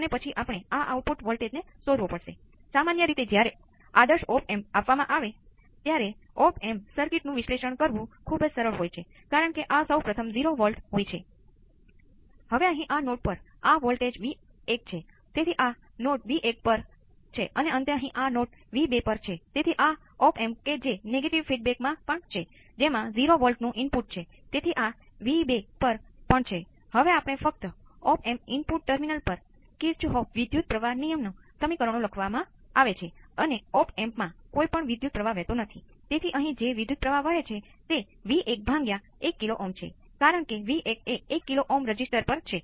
હવે આને યોગ્ય રીતે સમજવા માટે તમારે પ્રથમ ક્રમના વિકલન સમીકરણો અને આપણે ચર્ચા કરેલી બધી બાબતોને સમજવાની જરૂર હોય છે